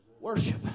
worship